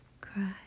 cry